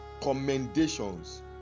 commendations